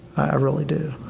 i really do.